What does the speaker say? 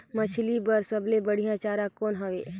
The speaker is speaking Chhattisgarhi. मछरी बर सबले बढ़िया चारा कौन हवय?